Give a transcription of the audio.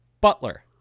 butler